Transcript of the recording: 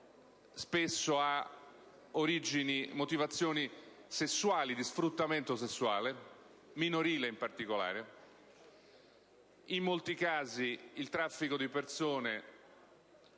e motivazioni sessuali, di sfruttamento sessuale, minorile in particolare. In molti casi, il traffico di esseri